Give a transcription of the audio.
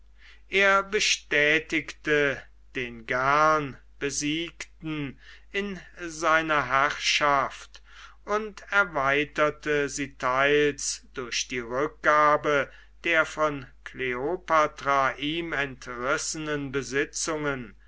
er bestätigte den gern besiegten in seiner herrschaft und erweiterte sie teils durch die rückgabe der von kleopatra ihm entrissenen besitzungen